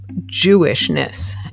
Jewishness